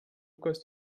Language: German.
lukas